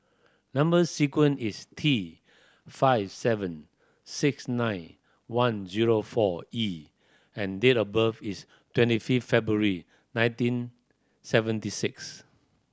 number sequence is T five seven six nine one zero four E and date of birth is twenty fifth February nineteen seventy six